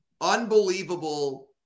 unbelievable